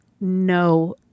no